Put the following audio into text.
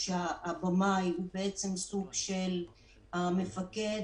כאשר הבמאי הוא סוג של מפקד,